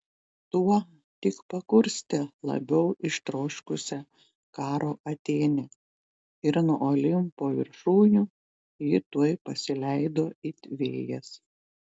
tuo tik pakurstė labiau ištroškusią karo atėnę ir nuo olimpo viršūnių ji tuoj pasileido it vėjas